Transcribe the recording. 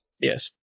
Yes